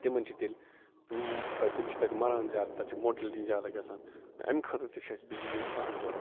تِمن چھِ تیٚلہِ تِم تیٚلہِ چھِ تتہِ مَران زیادٕ تر چھِ موٹلٹی گَژھان اَمہِ خٲطرٕ تہِ چھِ اَسہِ بجلی اہم ضرورت